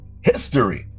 history